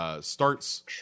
Starts